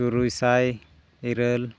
ᱛᱩᱨᱩᱭ ᱥᱟᱭ ᱤᱨᱟᱹᱞ